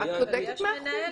את צודקת מאה אחוז.